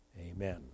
Amen